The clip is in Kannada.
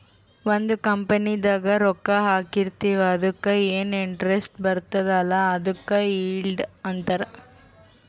ಒಂದ್ ಕಂಪನಿದಾಗ್ ರೊಕ್ಕಾ ಹಾಕಿರ್ತಿವ್ ಅದುಕ್ಕ ಎನ್ ಇಂಟ್ರೆಸ್ಟ್ ಬರ್ತುದ್ ಅಲ್ಲಾ ಅದುಕ್ ಈಲ್ಡ್ ಅಂತಾರ್